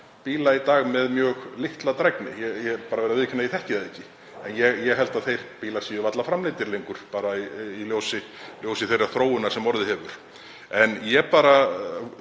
bíla í dag með mjög litla drægni. Ég verð að viðurkenna að ég þekki það ekki en ég held að þeir bílar séu varla framleiddar lengur, bara í ljósi þeirrar þróunar sem orðið hefur. En ég vona